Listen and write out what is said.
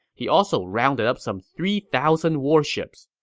he also rounded up some three thousand warships.